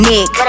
Nick